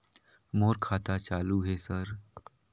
मोर खाता चालु हे सर?